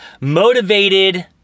motivated